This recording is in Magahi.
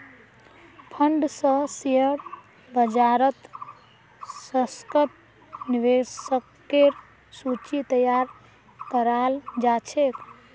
फंड स शेयर बाजारत सशक्त निवेशकेर सूची तैयार कराल जा छेक